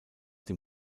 dem